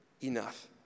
enough